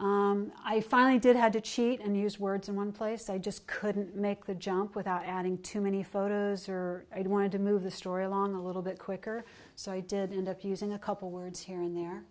i finally did had to cheat and use words in one place i just couldn't make the jump without adding too many photos or i wanted to move the story along a little bit quicker so i did end up using a couple words here and there